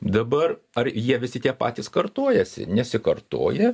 dabar ar jie visi tie patys kartojasi nesikartoja